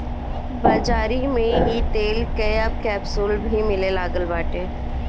बाज़ारी में इ तेल कअ अब कैप्सूल भी मिले लागल बाटे